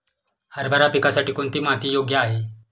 हरभरा पिकासाठी कोणती माती योग्य आहे?